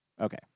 Okay